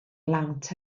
lawnt